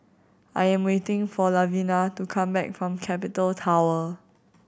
I am waiting for Lavina to come back from Capital Tower